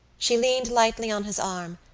she leaned lightly on his arm,